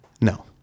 No